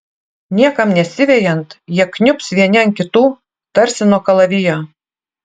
niekam nesivejant jie kniubs vieni ant kitų tarsi nuo kalavijo